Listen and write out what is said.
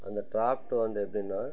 அந்த ட்ராஃப்ட் வந்து எப்படின்னா